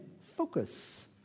focus